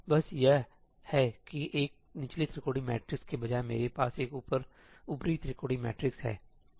बस यह कि एक निचले त्रिकोणीय मैट्रिक्स के बजाय मेरे पास एक ऊपरी त्रिकोणीय मैट्रिक्स है